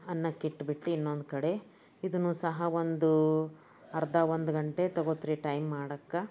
ಅನ್ನಕ್ಕಿಟ್ಬಿಟ್ಟು ಇನ್ನೊಂದು ಕಡೆ ಇದನ್ನು ಸಹ ಒಂದು ಅರ್ಧ ಒಂದು ಗಂಟೆ ತಗೋತ್ರೀ ಟೈಮ್ ಮಾಡೋಕ್ಕೆ